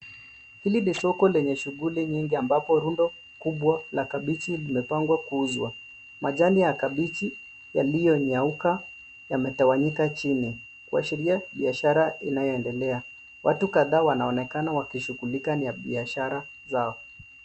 Hili ni soko lenye shughuli nyingi ambapo rundo kubwa la kabichi limepangwa kuuzwa. Majani ya kabichi yaliyonyauka yametawanyika chini kuashiria biashara inayoendelea. Watu kadhaa wanaonekana wakishughulika na biashara zao.